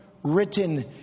Written